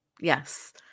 yes